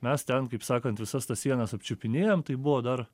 mes ten kaip sakant visas tas sienas apčiupinėjam tai buvo dar